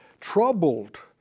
troubled